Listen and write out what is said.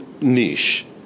niche